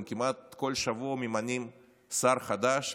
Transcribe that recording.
הם כמעט כל שבוע ממנים שר חדש,